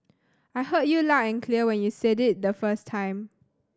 I heard you loud and clear when you said it the first time